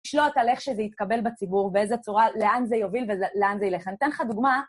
לשלוט על איך שזה יתקבל בציבור, באיזה צורה, לאן זה יוביל ולאן זה ילך. אני אתן לך דוגמה..